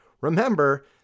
Remember